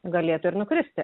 galėtų ir nukristi